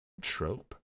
trope